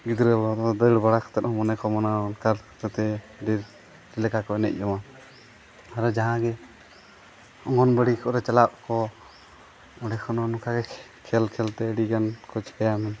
ᱜᱤᱫᱽᱨᱟᱹ ᱦᱚᱲ ᱦᱚᱸ ᱫᱟᱹᱲ ᱵᱟᱲᱟ ᱠᱟᱛᱮᱫ ᱦᱚᱸ ᱢᱟᱱᱮ ᱠᱚ ᱢᱮᱱᱟ ᱚᱱᱠᱟ ᱠᱟᱛᱮᱫ ᱰᱷᱮᱨ ᱞᱮᱠᱟ ᱠᱚ ᱮᱱᱮᱡ ᱡᱚᱝᱟ ᱟᱨᱦᱚᱸ ᱡᱟᱦᱟᱸ ᱜᱮ ᱚᱝᱜᱚᱱᱵᱟᱲᱤ ᱠᱚᱨᱮ ᱪᱟᱞᱟᱜ ᱠᱚ ᱚᱸᱰᱮ ᱠᱷᱚᱱ ᱦᱚᱸ ᱱᱚᱝᱠᱟ ᱜᱮ ᱠᱷᱮᱞ ᱠᱷᱮᱞ ᱛᱮ ᱟᱹᱰᱤᱜᱟᱱ ᱠᱚ ᱪᱤᱠᱟᱹᱭᱟ